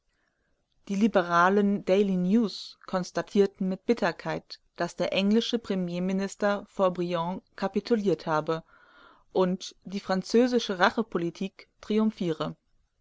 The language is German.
die liberalen daily news konstatieren mit bitterkeit daß der englische premierminister vor briand kapituliert habe und die französische rachepolitik triumphiere